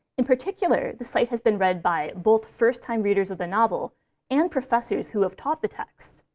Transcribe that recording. in particular, the site has been read by both first-time readers of the novel and professors who have taught the text.